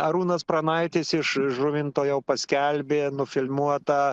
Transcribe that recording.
arūnas pranaitis iš žuvinto jau paskelbė nufilmuotą